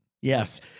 Yes